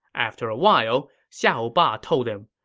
after a while, xiahou ba told him,